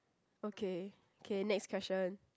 okay okay next question